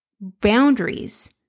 Boundaries